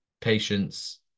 patience